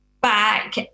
back